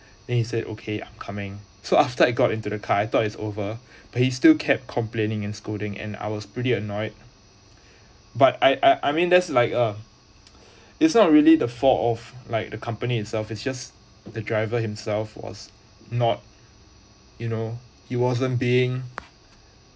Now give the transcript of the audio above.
then he said okay I'm coming so after I got into the car I thought is over but he still kept complaining and scolding and I was pretty annoyed but I I I mean that's like uh it's not really the fault of like the company itself it's just the driver himself was not you know he wasn't being